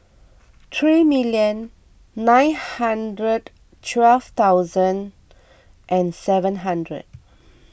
three million nine hundred twelve thousand and seven hundred